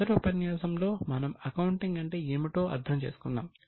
మొదటి ఉపన్యాసంలో మనం అకౌంటింగ్ అంటే ఏమిటో అర్థం చేసుకున్నాం